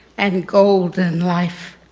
and and golden life.